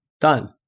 Done